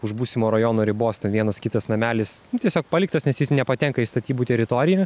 už būsimo rajono ribos ten vienas kitas namelis tiesiog paliktas nes jis nepatenka į statybų teritoriją